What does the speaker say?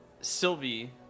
Sylvie